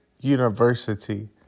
University